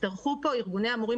יצטרכו פה ארגוני המורים,